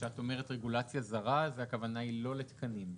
וכשאת אומרת רגולציה זרה הכוונה היא לא לתקנים.